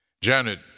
Janet